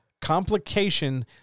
Complication